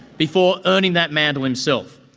before earning that mantle himself.